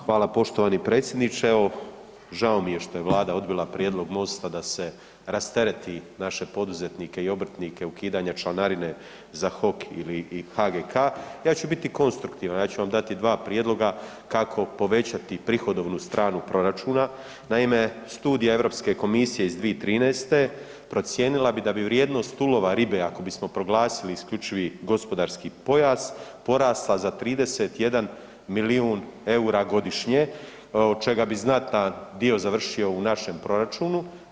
Hvala poštovani predsjedniče, evo žao mi je što je Vlada odbila prijedlog MOST-a da se rastereti naše poduzetnike i obrtnike ukidanja članarine za HOK ili HGK, ja ću biti konstruktivan ja ću vam dati dva prijedloga kako povećati prihodovnu stranu proračuna, naime studija Europske komisije iz 2013. procijenila bi da bi vrijednost ulova ribe ako bismo proglasili isključivi gospodarski pojas porasla za 31 milijun EUR-a godišnje od čega bi znatan dio završio u našem proračunu.